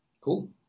Cool